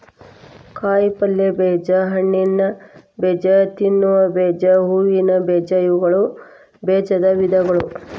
ಕಾಯಿಪಲ್ಯ ಬೇಜ, ಹಣ್ಣಿನಬೇಜ, ತಿನ್ನುವ ಬೇಜ, ಹೂವಿನ ಬೇಜ ಇವುಗಳು ಬೇಜದ ವಿಧಗಳು